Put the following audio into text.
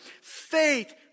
Faith